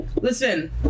Listen